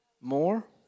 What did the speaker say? More